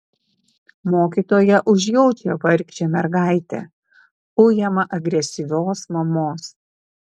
mokytoja užjaučia vargšę mergaitę ujamą agresyvios mamos